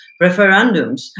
Referendums